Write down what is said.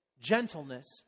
gentleness